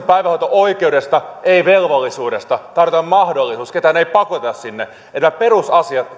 päivähoito oikeudesta ei velvollisuudesta tarjotaan mahdollisuus ketään ei pakoteta sinne toivon että nämä perusasiat